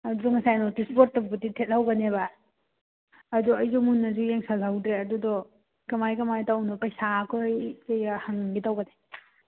ꯑꯗꯨ ꯉꯁꯥꯏ ꯅꯣꯇꯤꯁ ꯕꯣꯔꯠꯇꯕꯨꯗꯤ ꯊꯦꯠꯍꯧꯕꯅꯦꯕ ꯑꯗꯨ ꯑꯩꯁꯨ ꯃꯨꯟꯅꯗꯤ ꯌꯦꯡꯁꯜꯍꯧꯗ꯭ꯔꯦ ꯑꯗꯨꯗꯣ ꯀꯃꯥꯏ ꯀꯃꯥꯏ ꯇꯧꯕꯅꯣ ꯄꯩꯁꯥ ꯑꯩꯈꯣꯏ ꯀꯩꯒ ꯍꯪꯒꯦ ꯇꯧꯕꯅꯦ